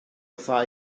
wrtha